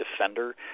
defender